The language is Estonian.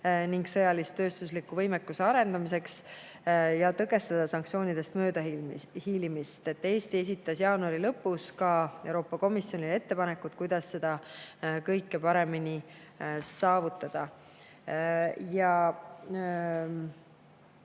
ning sõjalis-tööstusliku võimekuse arendamiseks, ja tõkestada sanktsioonidest möödahiilimist. Eesti esitas jaanuari lõpus Euroopa Komisjonile ka ettepanekud, kuidas seda kõike paremini saavutada.